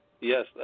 Yes